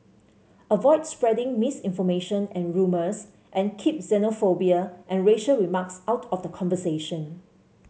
avoid spreading misinformation and rumours and keep xenophobia and racial remarks out of the conversation